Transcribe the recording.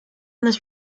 this